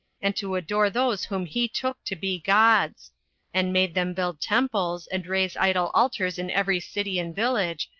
and to adore those whom he took to be gods and made them build temples, and raise idol altars in every city and village,